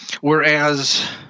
whereas –